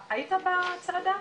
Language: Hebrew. היית בצעדה?